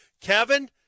kevin